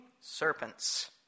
serpents